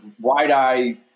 wide-eyed